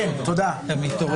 הישיבה ננעלה בשעה 19:25.